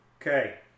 Okay